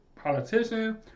politician